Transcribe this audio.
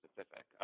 specific